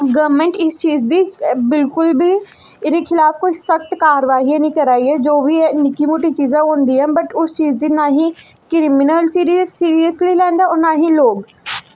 government इस चीज दी बिल्कुल बी एह्दे खलाफ कोई सख्त कारवाही निं करा दी ऐ जो बी निक्की मुट्टी चीजां होंदियां बट उस चीज दी ना ही क्रिमिनल सीरियस सीरियसली लैंदा और ना ही लोक ते